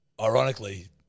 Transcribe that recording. Ironically